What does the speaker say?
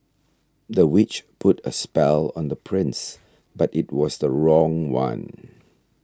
the witch put a spell on the prince but it was the wrong one